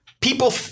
people